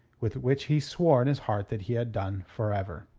with which he swore in his heart that he had done for ever.